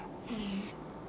mm